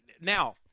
Now